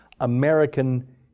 American